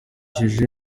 byukuri